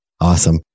Awesome